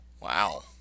Wow